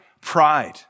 pride